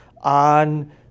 on